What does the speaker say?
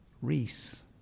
Reese